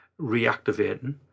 reactivating